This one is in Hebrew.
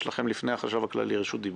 יש לכם לפני החשב הכללי רשות דיבור.